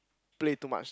play too much